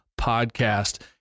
Podcast